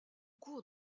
cours